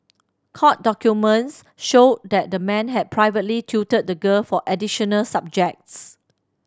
court documents showed that the man had privately tutored the girl for additional subjects